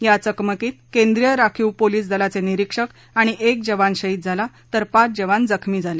या चकमकीत केंद्रीय राखीव पोलीस दलाचे निरीक्षक आणि एक जवान शहीद झाला तर पाच जवान जखमी झाले